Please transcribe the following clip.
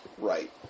right